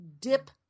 dip